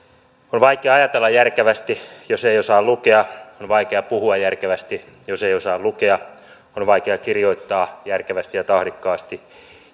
on vaikea ajatella järkevästi jos ei osaa lukea on vaikea puhua järkevästi jos ei osaa lukea on vaikea kirjoittaa järkevästi ja tahdikkaasti